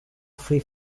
free